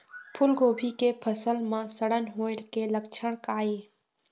फूलगोभी के फसल म सड़न होय के लक्षण का ये?